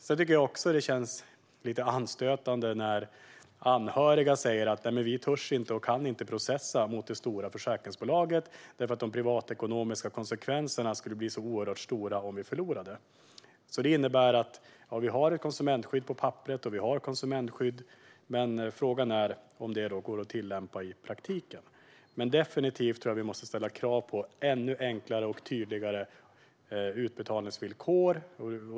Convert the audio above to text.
Jag tycker också att det känns stötande när anhöriga säger att de inte törs eller kan processa mot det stora försäkringsbolaget eftersom de privatekonomiska konsekvenserna skulle bli så oerhört stora om de förlorade. Det innebär att det finns ett konsumentskydd på papperet, men frågan är om det går att tillämpa i praktiken. Men vi måste definitivt ställa krav på ännu enklare och tydligare utbetalningsvillkor.